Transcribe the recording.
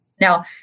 Now